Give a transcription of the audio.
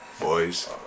boys